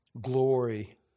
glory